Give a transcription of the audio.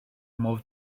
mor